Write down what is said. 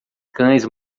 cães